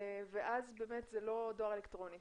ואז באמת זה לא דואר אלקטרוני.